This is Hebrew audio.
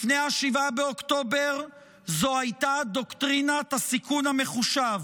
לפני 7 באוקטובר זו הייתה דוקטרינת הסיכון המחושב,